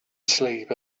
sleep